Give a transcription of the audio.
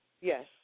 Yes